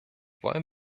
wollen